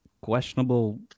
questionable